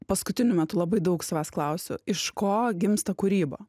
paskutiniu metu labai daug savęs klausiu iš ko gimsta kūryba